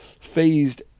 phased